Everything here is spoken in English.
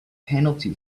penalty